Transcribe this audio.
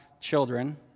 children